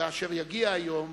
כאשר יגיע היום,